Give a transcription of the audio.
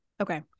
Okay